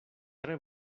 tre